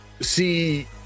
see